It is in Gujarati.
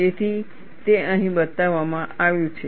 તેથી તે અહીં બતાવવામાં આવ્યું છે